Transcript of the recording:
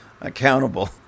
accountable